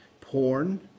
porn